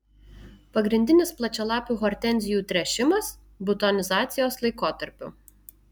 pagrindinis plačialapių hortenzijų tręšimas butonizacijos laikotarpiu